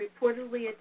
reportedly